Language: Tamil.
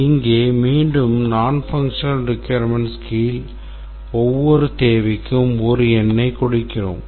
இங்கே மீண்டும் nonfunctional requirementsகளின் கீழ் ஒவ்வொரு தேவைக்கும் ஒரு எண்ணைக் கொடுக்கிறோம்